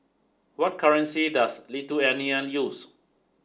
what currency does Lithuania use